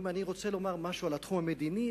אם אני רוצה לומר משהו על התחום המדיני,